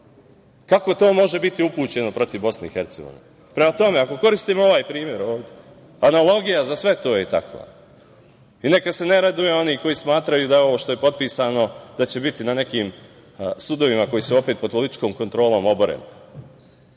Kako to može biti upućeno protiv Bosne i Hercegovine? Prema tome, ako koristimo ovaj primer ovde, analogija za sve to je takva i neka se ne raduju oni koji smatraju da ovo što je potpisano će biti na nekim sudovima koji se opet pod političkom kontrolom obore.